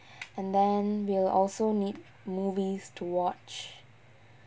and then we'll also need movies to watch